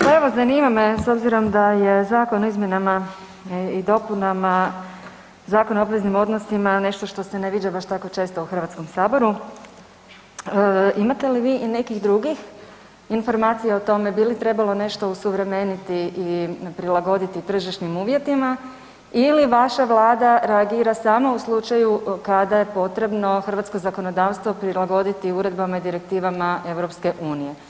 Pa evo, zanima me s obzirom da je Zakon o izmjenama i dopunama Zakona o obveznim odnosima nešto što se ne viđa tako često u HS-u, imate li vi i nekih drugim informacija o tome bi li trebalo nešto osuvremeniti i prilagoditi tržišnim uvjetima ili vaša Vlada reagira samo u slučaju kada je potrebno hrvatsko zakonodavstvo prilagoditi uredbama i direktivama EU?